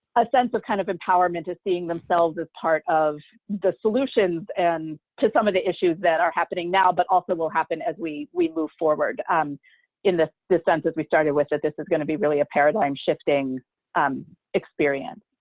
a sense of kind of empowerment of seeing themselves as part of the solutions and to some of the issues that are happening now, but also will happen as we we move forward um in the systems as we started with that this is going to be really a paradigm shifting um experience.